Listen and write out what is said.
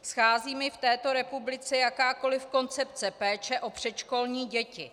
Schází mi v této republice jakákoliv koncepce péče o předškolní děti.